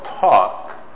talk